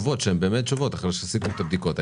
ותחזרו לפה עם תשובות שהם באמת תשובות אחרי שעשיתם את הבדיקות.